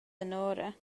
anora